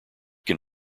can